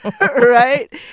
right